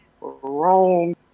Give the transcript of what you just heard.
wrong